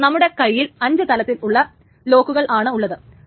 ഇപ്പോൾ നമ്മുടെ കൈയിൽ 5 തരത്തിലുള്ള ലോക്കുകൾ ആണ് ഉള്ളത്